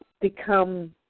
become